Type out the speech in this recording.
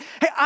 hey